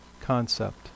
concept